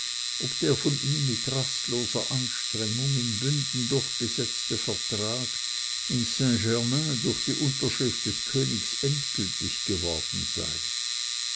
ob der von ihm mit rastloser anstrengung in bünden durchgesetzte vertrag in st germain durch die unterschrift des königs endgültig geworden sei